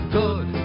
good